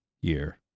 year